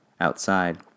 Outside